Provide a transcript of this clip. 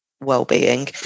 well-being